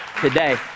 today